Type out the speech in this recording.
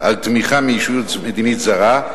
על תמיכה מישות מדינית זרה,